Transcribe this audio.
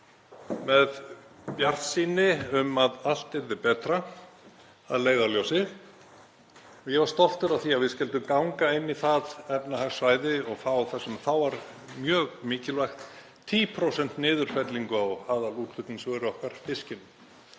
með bjartsýni um að allt yrði betra að leiðarljósi. Ég var stoltur af því að við skyldum ganga inn í það efnahagssvæði og fá þar, sem þá var mjög mikilvægt, 10% niðurfellingu á aðalútflutningsvöru okkar, fiskinum.